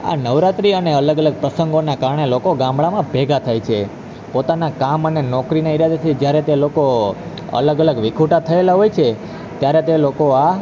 આ નવરાત્રી અને અલગ અલગ પ્રસંગોના કારણે લોકો ગામડામાં ભેગા થાય છે પોતાના કામ અને નોકરીના ઈરાદેથી જ્યારે તે લોકો અલગ અલગ વિખૂટા થએલા હોય છે ત્યારે તે લોકો આ